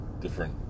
different